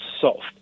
soft